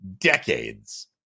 decades